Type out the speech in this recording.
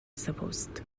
supposed